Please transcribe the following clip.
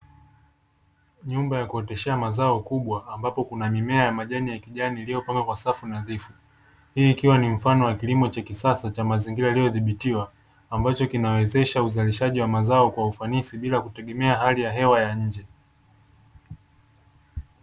Nyumba ya kuoteshea mazao kubwa ambapo kuna mimea ya majani ya kijani iliyopandwa kwa safu nadhifu, hii ikiwa ni mfano wa kilimo cha kisasa cha mazingira yaliyodhibitiwa ambacho kinawezesha uzalishaji wa mazao kwa ufanisi bila kutegemea hali ya hewa ya nje.